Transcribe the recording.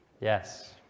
Yes